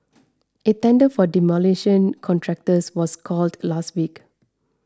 a tender for demolition contractors was called last week